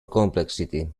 complexity